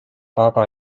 baba